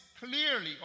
clearly